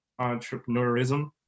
entrepreneurism